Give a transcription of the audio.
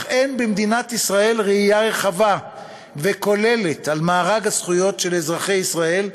אך אין במדינת ישראל ראייה רחבה וכוללת על מארג הזכויות של אזרחי ישראל,